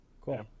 Cool